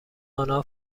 آنها